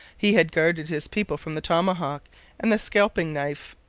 he had guarded his people from the tomahawk and the scalping-knife.